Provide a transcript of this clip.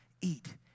eat